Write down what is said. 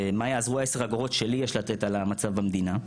מה יעזרו ה- 10 אגורות שלי יש לתת על המצב במדינה,